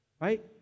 right